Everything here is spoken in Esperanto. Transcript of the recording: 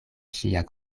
ŝia